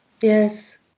Yes